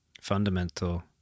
fundamental